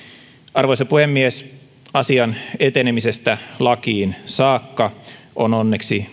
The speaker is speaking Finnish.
arvoisa puhemies asian etenemisestä lakiin saakka on onneksi